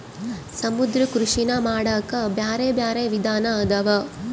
ಸಮುದ್ರ ಕೃಷಿನಾ ಮಾಡಾಕ ಬ್ಯಾರೆ ಬ್ಯಾರೆ ವಿಧಾನ ಅದಾವ